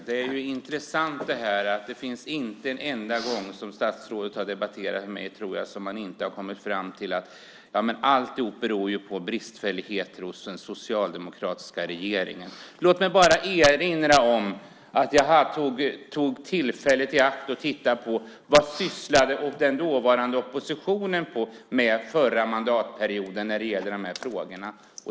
Herr talman! Jag ber att få tacka för svaret. Intressant är att inte en enda av de gånger statsrådet har debatterat med mig har hon inte kommit fram till att alltihop beror på bristfälligheter hos den socialdemokratiska regeringen. Jag har tagit tillfället i akt att titta på vad den dåvarande oppositionen sysslade med förra mandatperioden när det gäller dessa frågor.